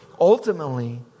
Ultimately